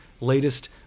latest